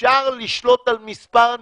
אפשר לשלוט על מספר הנכנסים,